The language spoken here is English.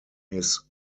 his